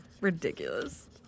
ridiculous